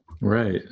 Right